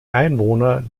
einwohner